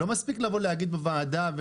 לא מספיק לבוא להגיד בוועדה,